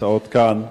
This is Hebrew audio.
שנמצאות כאן,